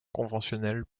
conventionnelles